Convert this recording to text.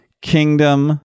kingdom